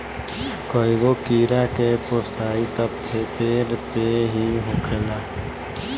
कईगो कीड़ा के पोसाई त पेड़ पे ही होखेला